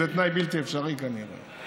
זה תנאי בלתי אפשרי, כנראה.